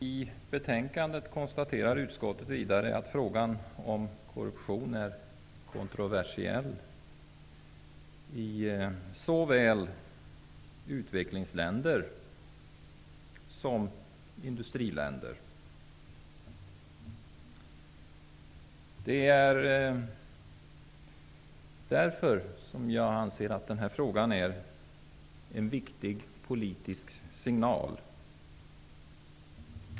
I betänkandet konstaterar utskottet vidare att frågan om korruption är kontroversiell i såväl utvecklingsländer som industriländer. Det är därför som jag anser att den här frågan är en viktig politisk signal.